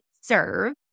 serve